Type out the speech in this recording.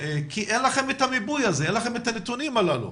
כי אין לכם את המיפוי, אין לכם את הנתונים הללו.